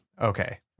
Okay